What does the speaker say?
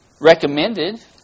recommended